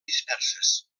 disperses